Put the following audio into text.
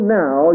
now